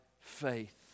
faith